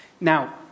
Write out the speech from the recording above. Now